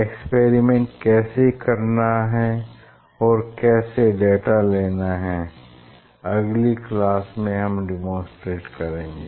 experiment कैसे करना है और कैसे डेटा लेना है अगली क्लास में हम डेमोंस्ट्रेट करेंगे